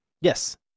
Yes